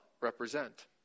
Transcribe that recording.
represent